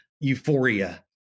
euphoria